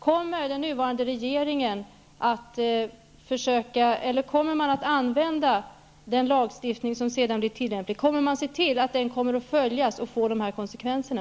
Kommer regeringen att använda lagstiftningen på det sättet, kommer man att se till att den följs och får de här konsekvenserna?